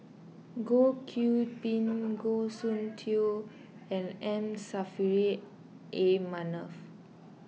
Goh Qiu Bin Goh Soon Tioe and M Saffri A Manaf